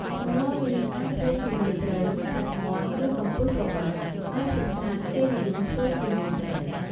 សម្លនេះអាចធ្វើជាមួយត្រី សាច់មាន់ ឬកំពឹសក៏បាន តែភាគច្រើនគេនិយមធ្វើជាមួយត្រី។